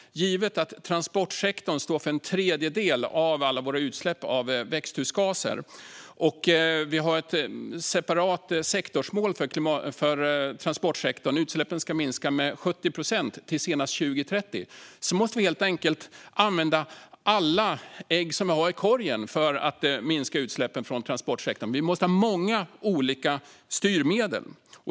Transportsektorn står för en tredjedel av alla våra utsläpp av växthusgaser. Vi har ett separat sektorsmål för transportsektorn. Utsläppen ska minska med 70 procent till senast 2030. Jag tror helt enkelt att vi måste använda alla ägg som vi har i korgen för att minska utsläppen från transportsektorn. Vi måste ha många olika styrmedel.